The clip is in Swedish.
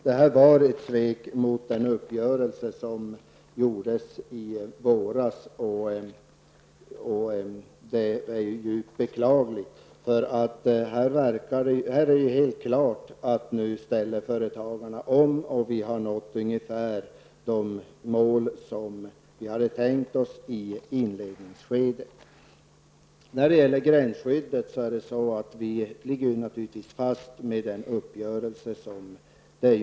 Det är ett svek mot den uppgörelse som gjordes i våras, och det är beklagligt. Det är helt klart att företagarna ställer om, och vi har nått de mål som vi hade tänkt oss i inledningsskedet. När det gäller gränsskyddet ligger vi fast med den uppgörelse som har gjorts.